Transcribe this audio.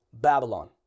babylon